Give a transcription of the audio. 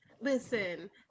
listen